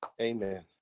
Amen